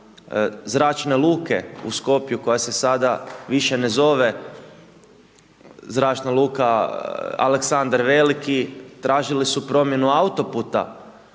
zračne luke u Skopju koja se sada više ne zove zračna luka Aleksandar Veliki, tražili su promjenu autoputa,